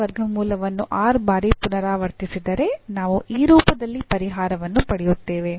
the ವರ್ಗಮೂಲವನ್ನು r ಬಾರಿ ಪುನರಾವರ್ತಿಸಿದರೆ ನಾವು ಈ ರೂಪದಲ್ಲಿ ಪರಿಹಾರವನ್ನು ಪಡೆಯುತ್ತೇವೆ